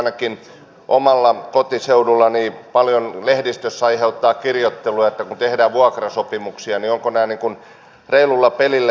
ainakin omalla kotiseudullani se aiheuttaa lehdistössä paljon kirjoittelua että kun tehdään vuokrasopimuksia niin onko nämä tehty reilulla pelillä